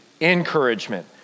encouragement